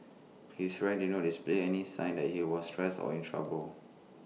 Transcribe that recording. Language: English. his friend did not display any signs that he was stressed or in trouble